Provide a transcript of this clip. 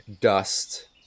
dust